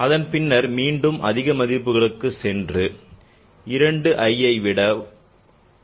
அதன் பின்னர் மீண்டும் அதிக மதிப்பு களுக்கு சென்று 2ஐ அடையும்